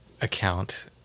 account